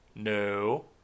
No